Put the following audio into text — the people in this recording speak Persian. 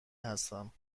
هستم